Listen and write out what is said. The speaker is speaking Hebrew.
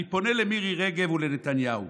"אני פונה למירי רגב ולנתניהו: